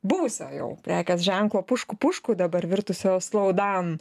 buvusio jau prekės ženklo pušku pušku dabar virtusio slowdown